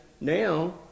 now